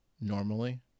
normally